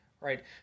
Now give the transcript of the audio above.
right